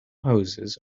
hoses